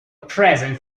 present